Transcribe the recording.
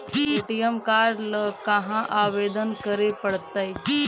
ATM card ल कहा आवेदन करे पड़तै?